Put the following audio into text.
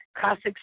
Classic